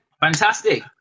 Fantastic